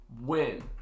win